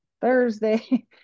thursday